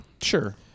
sure